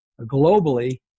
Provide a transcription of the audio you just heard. globally